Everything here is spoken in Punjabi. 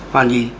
ਹਾਂਜੀ